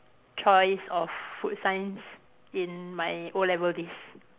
choice of food science in my O-level list